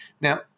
Now